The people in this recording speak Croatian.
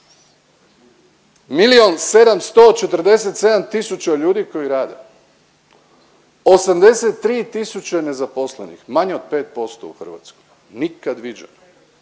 Milion 747 tisuća ljudi koji rade, 83 tisuće nezaposlenih, manje od 5% u Hrvatskoj, nikad viđeno,